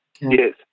Yes